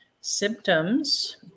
symptoms